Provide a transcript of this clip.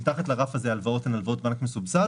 מתחת לרף הזה ההלוואות הן הלוואות בנק מסובסד